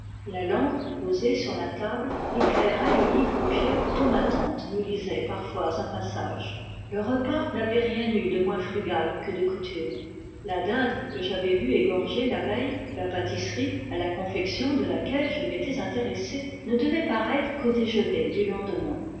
la lampe posée sur la table éclairait le livre pieux dont ma tante nous lisait parfois un passage le repas n'avait rien eu de moins frugal que de coutume la dinde que j'avais vu égorger la veille la pâtisserie à la confection de laquelle je m'étais intéressé ne devaient paraître qu'au déjeuner du lendemain